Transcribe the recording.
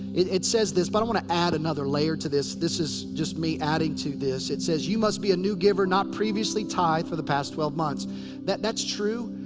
it it says this. but i'm wanna add another layer to this. this is just me adding to this. it says, you must be a new giver not previously tithed for the past twelve months that's true.